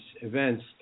events